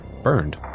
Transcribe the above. burned